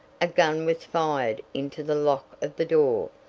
a gun was fired into the lock of the door,